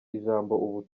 ijambo